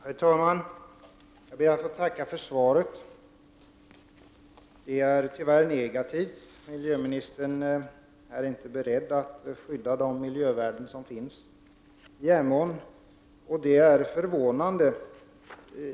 Herr talman! Jag ber att få tacka för svaret. Det är tyvärr negativt. Miljöministern är inte beredd att skydda de miljövärden som finns i Emån, och det är förvånande.